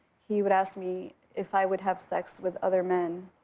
he would ask me if i would have sex with other men.